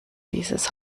dieses